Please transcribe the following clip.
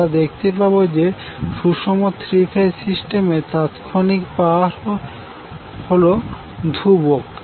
আমরা দেখতে পাবো যে সুষম থ্রি ফেজ সিস্টেমের ক্ষেত্রে তাৎক্ষণিক পাওয়ার হল ধ্রুবক